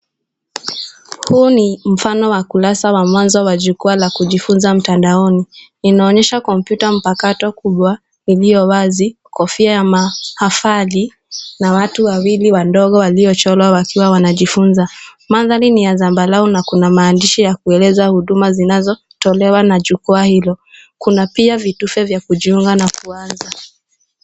Huu ni mfano wa kurasa wa mwanzo wa jukwaa la kijifunza mtandaoni. Inaonyesha kompyuta mpakato kubwa iliyo wazi, kofia ya mahafali na watu wawili wadogo waliochorwa wakiwa wanajifunza. Mandhari ni ya zambarau na kuna maandishi ya kueleza huduma zinazotolewa na jukwaa hilo. Kuna pia vitufe vya kujiunga na kuanza.